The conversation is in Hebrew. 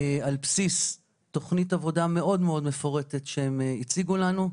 על בסיס תכנית עבודה מאוד מאוד מפורטת שהם הציגו לנו.